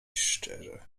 szczerze